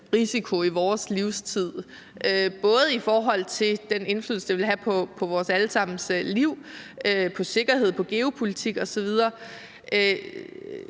risiko i vores livstid, både i forhold til den indflydelse, det vil have på vores alle sammens liv, på sikkerheden, på geopolitikken osv.,